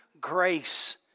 grace